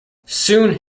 soon